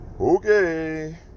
Okay